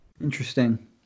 Interesting